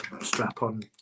strap-on